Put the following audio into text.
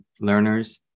learners